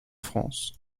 france